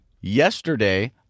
Yesterday